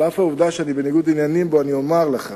על אף העובדה שאני בניגוד עניינים בו אני אומר לך: